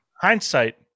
hindsight